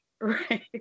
Right